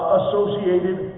associated